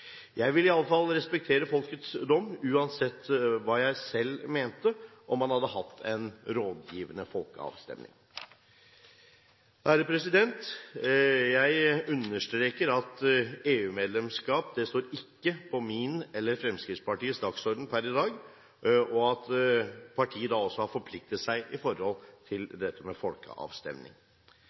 Jeg ville i alle fall respektert folkets dom uansett hva jeg selv mente, om man hadde hatt en rådgivende folkeavstemning. Jeg understreker at EU-medlemskap ikke står på min eller Fremskrittspartiets dagsorden per i dag, og at partiet har forpliktet seg når det gjelder dette med